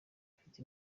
afite